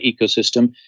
ecosystem